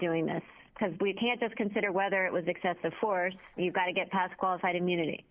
doing that because we can't just consider whether it was excessive force and you've got to get past qualified immunity